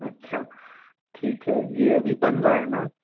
अच्छा ठीक है यह अभी बन रहा है ना